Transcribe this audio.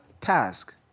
Task